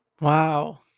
Wow